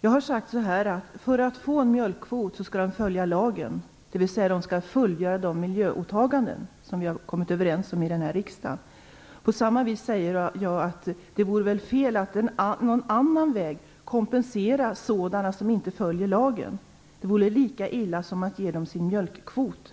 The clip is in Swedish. Jag har sagt att för att få en mjölkkvot skall de följa lagen, dvs. fullgöra de miljöåtaganden som vi har kommit överens om i den här riksdagen. På samma vis säger jag att det väl vore fel att på någon annan väg kompensera dem som inte följer lagen. Det vore lika illa som att ge dem en mjölkkvot.